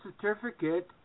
certificate